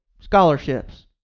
scholarships